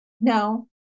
No